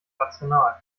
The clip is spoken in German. rational